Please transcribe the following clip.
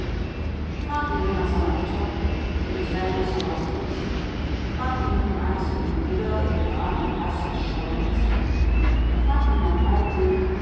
fragt ihn nur nach seiner mutter die in tränen zu hause sitzt fragt ihn nach dem einzigen bruder der in gram und haß verschollen ist fragt ihn nach alldem